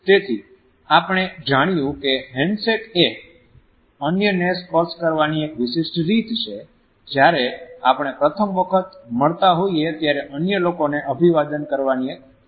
તેથી આપણે જાણ્યું કે હેન્ડશેક એ અન્યને સ્પર્શ કરવાની એક વિશિષ્ટ રીત છે જ્યારે આપણે પ્રથમ વખત મળતા હોઈએ ત્યારે અન્ય લોકોને અભિવાદન કરવાની એક રીત છે